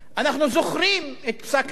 אנחנו זוכרים את פסק-הדין